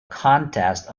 contest